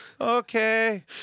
Okay